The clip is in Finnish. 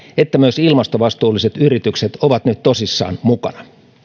että myös ilmastovastuulliset yritykset ovat nyt tosissaan mukana